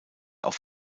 auf